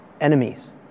enemies